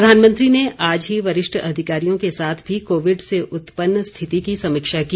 प्रधानमंत्री ने आज ही वरिष्ठ अधिकारियों के साथ भी कोविड से उत्पन्न स्थिति की समीक्षा की